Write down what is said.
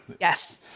Yes